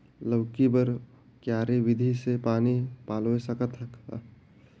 लौकी बर क्यारी विधि ले पानी पलोय सकत का?